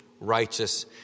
righteous